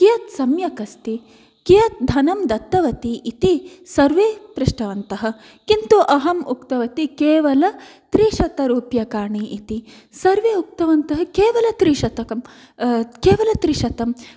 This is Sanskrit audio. कियत् सम्यक् अस्ति कियत् धनं दत्तवती इति सर्वे पृष्टवन्तः किन्तु अहम् उक्तवती केवलं त्रिशतं रूप्यकाणि इति सर्वे उक्तवन्तः केवलं त्रिशतम् केवलं त्रिशतम्